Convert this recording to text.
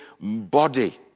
body